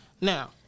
Now